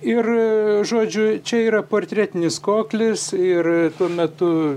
ir žodžiu čia yra portretinis koklis ir tuo metu